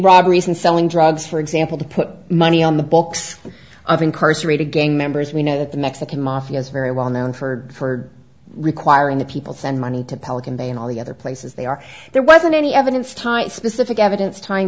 robberies and selling drugs for example to put money on the books of incarcerated gang members we know that the mexican mafia is very well known for her requiring the people send money to public and they in all the other places they are there wasn't any evidence time specific evidence t